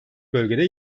bölgede